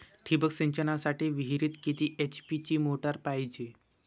ठिबक सिंचनासाठी विहिरीत किती एच.पी ची मोटार पायजे?